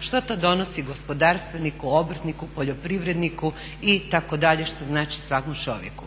što to donosi gospodarstveniku, obrtniku, poljoprivredniku itd. što znači svakom čovjeku.